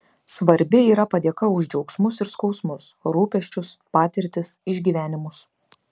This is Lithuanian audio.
svarbi yra padėka už džiaugsmus ir skausmus rūpesčius patirtis išgyvenimus